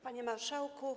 Panie Marszałku!